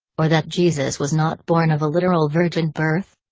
or that jesus was not born of a literal virgin birth?